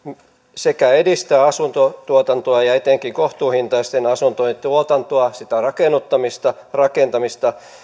sekä edistää asuntotuotantoa ja etenkin kohtuuhintaisten asuntojen tuotantoa sitä rakennuttamista rakentamista